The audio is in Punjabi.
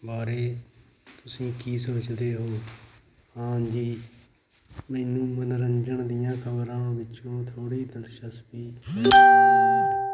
ਬਾਰੇ ਤੁਸੀਂ ਕੀ ਸੋਚਦੇ ਹੋ ਹਾਂਜੀ ਮੈਨੂੰ ਮਨੋਰੰਜਨ ਦੀਆਂ ਖਬਰਾਂ ਵਿੱਚ ਥੋੜ੍ਹੀ ਦਿਲਚਸਪੀ ਹੈ